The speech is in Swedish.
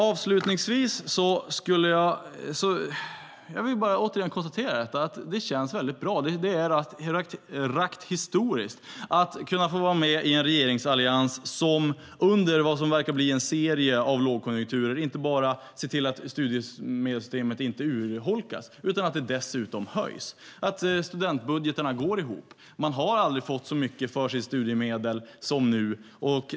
Avslutningsvis vill jag säga att det känns historiskt att få vara med i en regeringsallians som under vad som verkar bli en serie lågkonjunkturer ser till inte bara att studiemedelssystemet inte urholkas utan dessutom att studiemedlen höjs, så att studentbudgetarna går ihop. Man har aldrig fått så mycket för sitt studiemedel som nu.